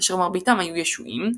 אשר מרביתם היו ישועים,